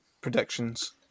Predictions